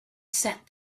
sat